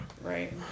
Right